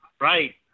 Right